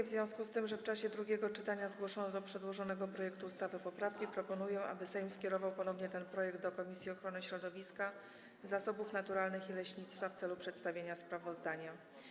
W związku z tym, że w czasie drugiego czytania zgłoszono do przedłożonego projektu ustawy poprawki, proponuję, aby Sejm skierował ponownie ten projekt do Komisji Ochrony Środowiska, Zasobów Naturalnych i Leśnictwa w celu przedstawienia sprawozdania.